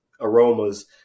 aromas